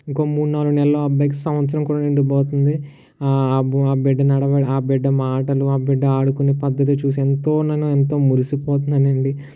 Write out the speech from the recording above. ఇంకో మూడునాలుగు నెలలో ఆ అబ్బాయికి సంవత్సరం కూడా నిండిపోతుంది ఆ అబ్బు ఆ బిడ్డ నడవిడ ఆ బిడ్డ మాటలు ఆ బిడ్డ ఆడుకునే పద్ధతి చూసి ఎంతో నన్ను ఎంతో మురిసిపోతున్నాను అండి